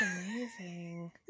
amazing